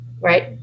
Right